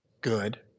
good